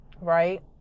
right